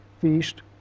feast